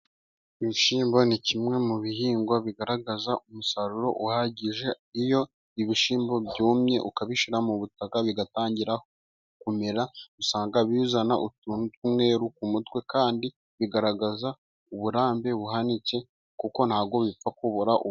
Ibishyimbo ni kimwe mu bihingwa bigaragaza umusaruro uhagije, iyo ibishyimbo byumye ukabishyira mu butaka, bigatangira kumera, usanga bizana utuntu tw'umweru ku mutwe, kandi bigaragaza uburambe buhanitse, kuko ntabwo bipfa kubora.